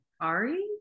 Ari